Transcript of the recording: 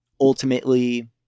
ultimately